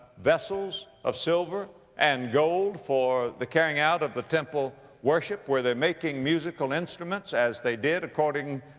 vessels of silver and gold for the carrying out of the temple worship. where they're making musical instruments as they did according,